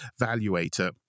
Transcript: Valuator